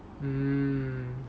mm